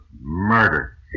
murder